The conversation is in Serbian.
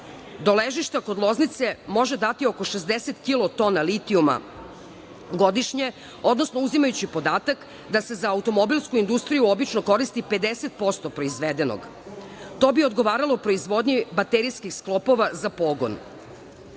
do ležišta kod Loznice može dati oko 60 kilotona litijuma godišnje, odnosno uzimajući podatak da se za automobilsku industriju obično koristi 50% proizvedenog, to bi odgovaralo proizvodnji baterijskih sklopova za